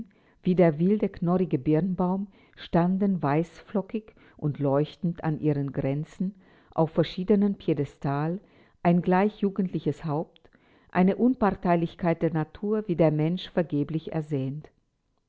wie der wilde knorrige birnbaum standen weißflockig und leuchtend an ihren grenzen auf verschiedenem piedestal ein gleich jugendliches haupt eine unparteilichkeit der natur die der mensch vergeblich ersehnt